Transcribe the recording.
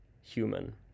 human